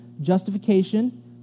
justification